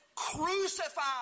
crucified